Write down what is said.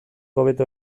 hobeto